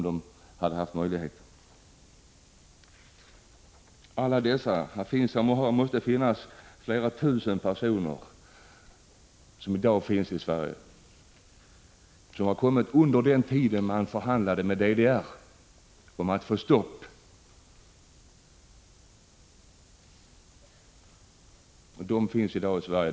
Det måste finnas flera tusen personer i Sverige som har kommit hit under den tid då man förhandlade med DDR om att få stopp på flyktingströmmen.